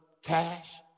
cash